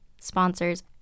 sponsors